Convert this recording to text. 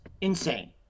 insane